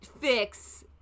fix